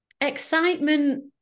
excitement